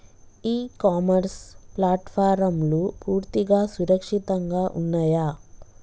ఇ commerce ప్లాట్ఫారమ్లు పూర్తిగా సురక్షితంగా ఉన్నయా?